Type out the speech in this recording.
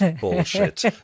bullshit